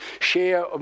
share